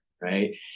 right